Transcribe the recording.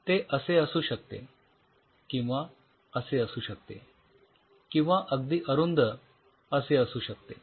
ते असे असू शकते किंवा असे असू शकते किंवा अगदी अरुंद असे असू शकते